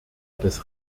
des